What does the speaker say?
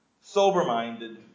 sober-minded